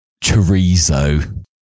Chorizo